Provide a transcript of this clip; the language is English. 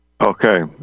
Okay